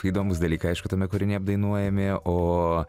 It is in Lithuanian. įdomūs dalykai aišku tame kūrinyje apdainuojami o